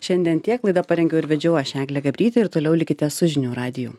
šiandien tiek laidą parengiau ir vedžiau aš eglė gabrytė ir toliau likite su žinių radiju